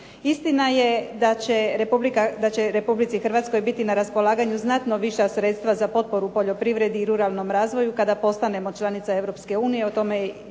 Istina je da će Republici Hrvatskoj biti na raspolaganju znatno viša sredstva za potporu poljoprivredi i ruralnom razvoju kada postanemo članica